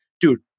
dude